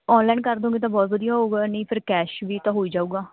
online ਕਰ ਦਿਓਗੇ ਤਾਂ ਬਹੁਤ ਵਧੀਆ ਹੋਊਗਾ ਨਹੀਂ ਫਿਰ ਕੈਸ਼ ਵੀ ਤਾਂ ਹੋ ਹੀ ਜਾਊਗਾ